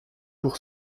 pour